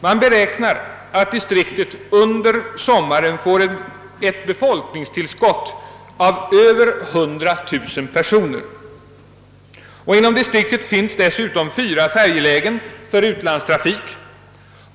Man beräknar att distriktet under sommaren får ett befolkningstillskott på över 100 000 personer. Inom distriktet finns dessutom fyra färjelägen för utlandstrafik.